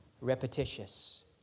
Repetitious